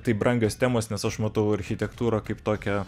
tai brangios temos nes aš matau architektūrą kaip tokią